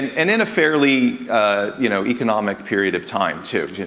and in a fairly you know economic period of time too.